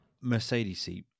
Mercedes